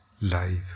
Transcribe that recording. life